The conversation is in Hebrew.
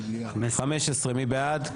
127, מי בעד?